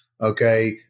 Okay